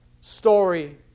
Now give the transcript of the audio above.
story